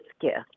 gift